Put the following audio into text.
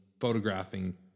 photographing